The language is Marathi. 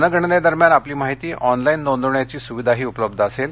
जनगणनेदरम्यान आपली माहिती ऑनलाइन नोंदवण्याची सुविधाही उपलब्ध असेल